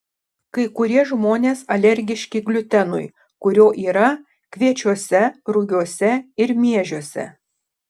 kai kurie žmonės alergiški gliutenui kurio yra kviečiuose rugiuose ir miežiuose